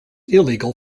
illegal